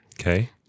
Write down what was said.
Okay